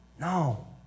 No